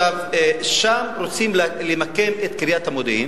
שם רוצים למקם את קריית המודיעין.